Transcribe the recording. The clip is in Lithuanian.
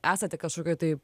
esate kažkokioj tai